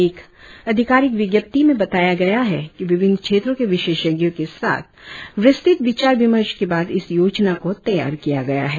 एक आधिकारिक विज्ञप्ति में बताया गया है कि विभिन्न क्षेत्रों के विशेषज्ञों के साथ विस्तृत विचार विमर्श के बाद इस योजना को तैयार किया गया है